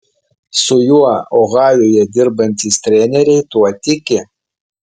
su juo ohajuje dirbantys treneriai tuo tiki